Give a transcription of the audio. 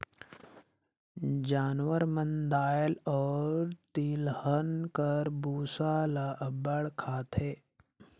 जानवर मन दाएल अउ तिलहन कर बूसा ल अब्बड़ खाथें